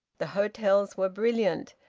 the hotels were brilliant,